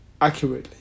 accurately